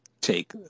take